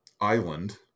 island